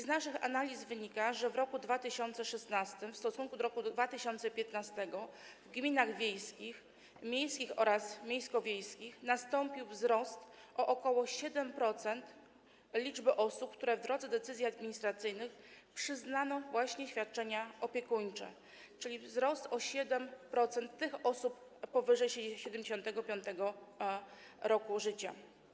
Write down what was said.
Z naszych analiz wynika, że w roku 2016 w stosunku do roku 2015 w gminach wiejskich, miejskich oraz miejsko-wiejskich nastąpił wzrost o ok. 7% liczby osób, którym w drodze decyzji administracyjnych przyznano właśnie świadczenia opiekuńcze, czyli nastąpił wzrost o 7% liczby osób powyżej 75. roku życia.